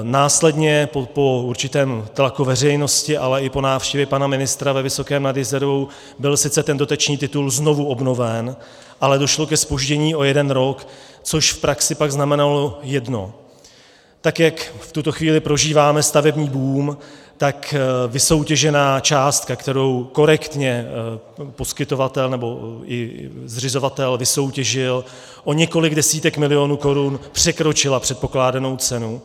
Následně po určitém tlaku veřejnosti, ale i po návštěvě pana ministra ve Vysokém nad Jizerou byl sice ten dotační titul znovu obnoven, ale došlo ke zpoždění o jeden rok, což v praxi pak znamenalo jedno: Tak jak prožíváme stavební boom, tak vysoutěžená částka, kterou korektně poskytovatel nebo i zřizovatel vysoutěžil, o několik desítek milionů korun překročila předpokládanou cenu.